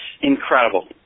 incredible